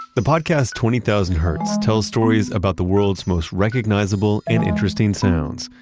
the podcast twenty thousand hertz tells stories about the world's most recognizable and interesting sounds.